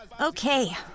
Okay